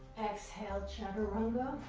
exhale, chaturanga.